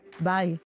Bye